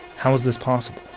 how is this possible?